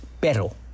Perro